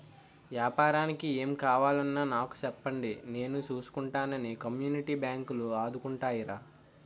ఏపారానికి ఏం కావాలన్నా నాకు సెప్పండి నేను సూసుకుంటానని కమ్యూనిటీ బాంకులు ఆదుకుంటాయిరా